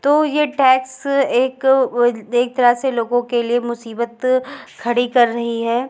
तो यह टैक्स एक एक तरह से लोगों के लिए मुसीबत खड़ी कर रही है